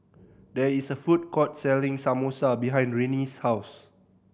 there is a food court selling Samosa behind Renee's house